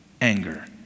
anger